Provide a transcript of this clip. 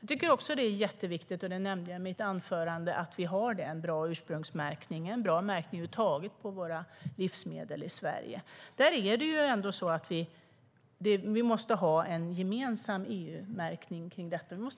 Jag tycker också att det är jätteviktigt att vi har en bra ursprungsmärkning, en bra märkning över huvud taget, på livsmedel i Sverige. Det nämnde jag i mitt anförande. Det är ju så att vi måste ha en gemensam EU-märkning